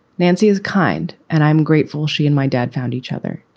nancy is kind and i'm grateful she and my dad found each other.